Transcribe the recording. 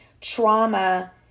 Trauma